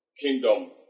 kingdom